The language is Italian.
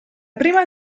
prima